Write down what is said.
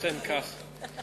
אכן כך.